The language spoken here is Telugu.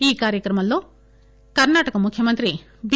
ఈ కార్యక్రమంలో కర్పాటక ముఖ్యమంత్రి బి